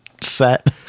set